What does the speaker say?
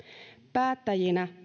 päättäjinä